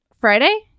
Friday